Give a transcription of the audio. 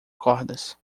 cordas